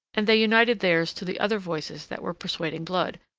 and they united theirs to the other voices that were persuading blood,